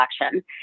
election